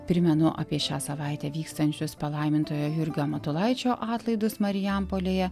primenu apie šią savaitę vykstančius palaimintojo jurgio matulaičio atlaidus marijampolėje